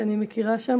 שאני מכירה שם.